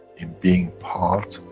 in being part,